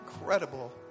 incredible